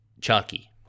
Chucky